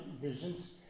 visions